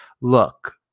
Look